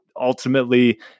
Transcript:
ultimately